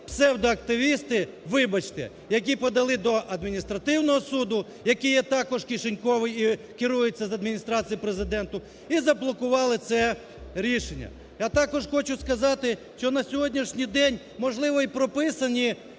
псевдоактивісти – вибачте! – які подали до Адміністративного суду, який є також кишеньковий і керується з Адміністрації Президента, і заблокували це рішення. Я також хочу сказати, що на сьогоднішній день, можливо, і прописані